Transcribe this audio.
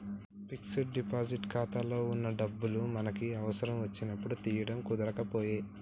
fixed deposit ఖాతాలో వున్న డబ్బులు మనకి అవసరం వచ్చినప్పుడు తీయడం కుదరకపాయె